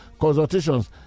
consultations